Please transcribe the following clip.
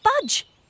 budge